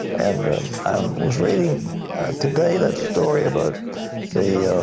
and i um was reading today that story about the